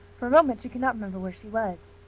for a moment she could not remember where she was.